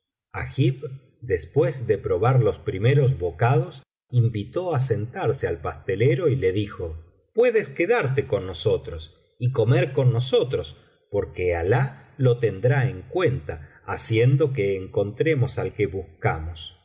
después de probar los primeros bocados invitó á sentarse al pastelero y le dijo puedes quedarte con nosotros y comer con nosotros porque alah lo tendrá en cuenta haciendo que encontremos al que buscamos y